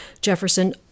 Jefferson